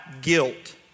guilt